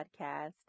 podcast